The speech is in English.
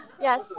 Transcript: Yes